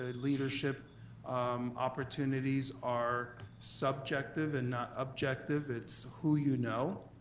ah leadership um opportunities are subjective and not objective. it's who you know,